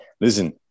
listen